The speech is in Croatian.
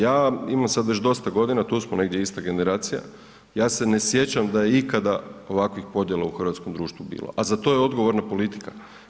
Ja imam sad već dosta godina, tu smo negdje ista generacija, ja se ne sjećam da je ikada ovakvih podjela u hrvatskom društvu bilo a za to je odgovorna politika.